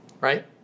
Right